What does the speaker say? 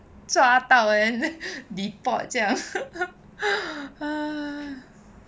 抓到 then deport 这样